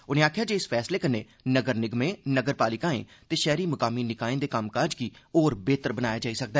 उनें आक्खेआ जे इस फैसले कन्नै नगर निगमें नगरपालिकाएं ते शहरी मकामी निकायें दे कम्मकाज गी होर बेहतर कीता जाई सकै